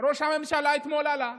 ראש הממשלה עלה אתמול,